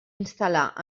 instal·lar